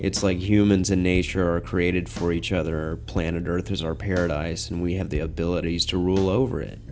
it's like humans in nature are created for each other or planet earth is our paradise and we have the abilities to rule over it